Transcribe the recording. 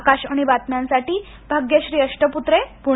आकाशवाणी बातम्या साठी भाग्यश्री अष्टपुत्रे पुणे